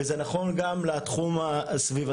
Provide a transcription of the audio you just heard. וזה נכון גם לתחום הסביבתי.